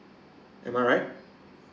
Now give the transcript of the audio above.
am I right